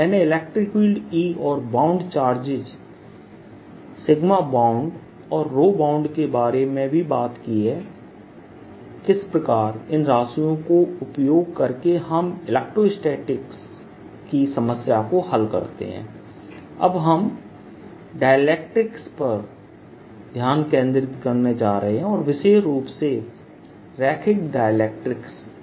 मैंने electric field E और bound charges BoundऔरBound के बारे में भी बात की है किस प्रकार इन राशियों को उपयोग करके हम इलेक्ट्रोस्टेटिक की समस्या को हल करते हैं अब हम डाइलेक्ट्रिक्स पर ध्यान केंद्रित करने जा रहे हैं और विशेष रूप से रैखिक डाइलेक्ट्रिक्स पर